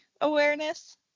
awareness